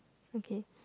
okay